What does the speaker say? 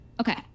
Okay